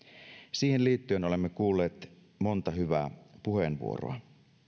siihen liittyen olemme kuulleet monta hyvää puheenvuoroa